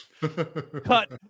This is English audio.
cut